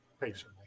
patiently